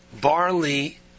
Barley